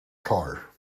car